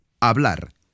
Hablar